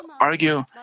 argue